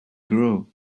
grow